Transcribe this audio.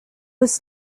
was